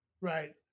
Right